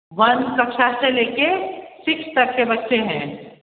one कक्षा से लेके सिक्स तक के बच्चे हैं